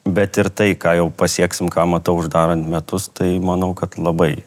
bet ir tai ką jau pasieksim ką matau uždarant metus tai manau kad labai